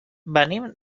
venim